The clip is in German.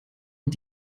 und